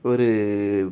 ஒரு